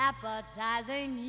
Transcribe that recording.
Appetizing